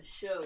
show